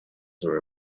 were